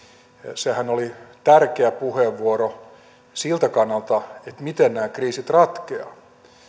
sehän oli tärkeä puheenvuoro siltä kannalta miten nämä kriisit ratkeavat